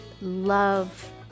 love